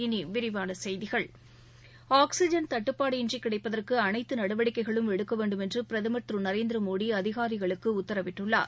இனி விரிவான செய்திகள் ஆக்ஸிஜன் தட்டுப்பாடு இன்றி கிடைப்பதற்கு அனைத்து நடவடிக்கைகளும் எடுக்க வேண்டும் என்று பிரதமர் திரு நரேந்திர மோடி அதிகாரிகளுக்கு உத்தரவிட்டுள்ளார்